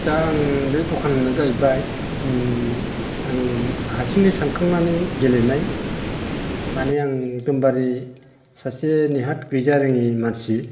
दा आं बे दखाना जाहैबाय आं हारसिङै सानखांनानै गेलेनाय मानि आं एखदमबारे सासे नेहाद गैजारोङै मानसि